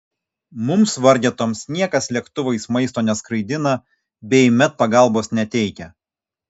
mums vargetoms niekas lėktuvais maisto neskraidina bei medpagalbos neteikia